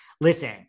Listen